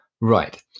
Right